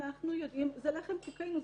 זה לחם חוקנו,